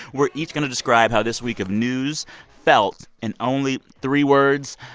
we're each going to describe how this week of news felt in only three words.